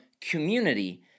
community